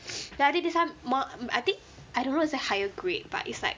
then I think this [one] more I think I don't know is it higher grade but it's like